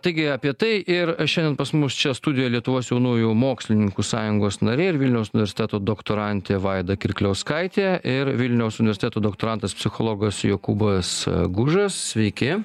taigi apie tai ir šiandien pas mus čia studijoj lietuvos jaunųjų mokslininkų sąjungos nariai ir vilniaus universiteto doktorantė vaida kirkliauskaitė ir vilniaus universiteto doktorantas psichologas jokūbas gužas sveiki